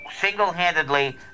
single-handedly